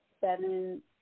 seven